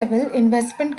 investment